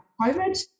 COVID